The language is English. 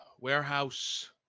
warehouse